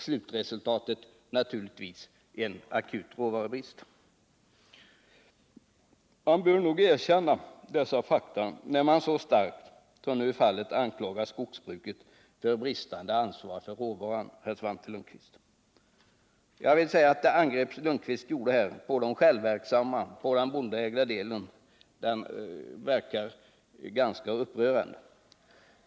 Slutresultatet blev naturligtvis en akut råvarubrist. Vi bör nog, herr Svante Lundkvist, erkänna dessa fakta när skogsbrukarna så starkt som nu är fallet anklagas för bristande ansvar för råvaran. Det var ett upprörande angrepp som Svante Lundkvist här gjorde på de självverksamma, den bondeägda delen av skogsbruket.